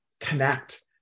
connect